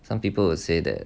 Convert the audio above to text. some people will say that